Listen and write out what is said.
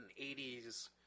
80s